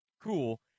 cool